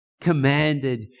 commanded